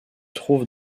trouve